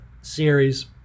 series